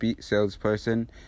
salesperson